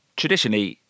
traditionally